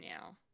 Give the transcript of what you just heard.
now